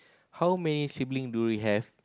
how many sibling do you have